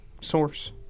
source